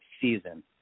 season